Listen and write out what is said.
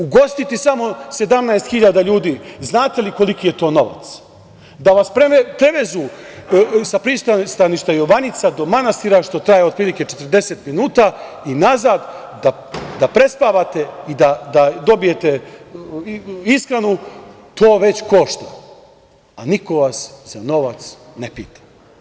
Ugostiti samo 17 hiljada ljudi, znate koliki je to novac, da vas prevezu sa pristaništa Jovanica do manastira, što traje otprilike 40 minuta, i nazad, da prespavate i da dobijete iskrenu, to već košta, a niko vas za novac ne pita.